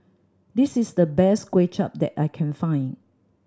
this is the best Kway Chap that I can find